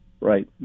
right